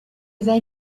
they